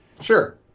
Sure